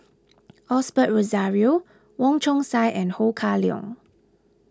Osbert Rozario Wong Chong Sai and Ho Kah Leong